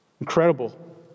Incredible